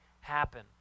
happen